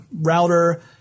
router